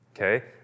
Okay